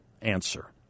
answer